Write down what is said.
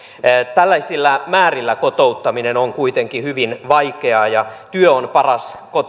tällaisilla määrillä kotouttaminen on kuitenkin hyvin vaikeaa ja työ on paras